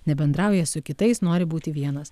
nebendrauja su kitais nori būti vienas